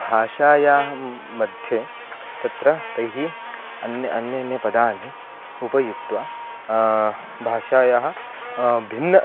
भाषायाः मध्ये तत्र तैः अन्य अन्य अन्यपदानि उपयुक्त्वा भाषायाः भिन्न